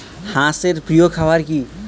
হাঁস এর প্রিয় খাবার কি?